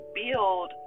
build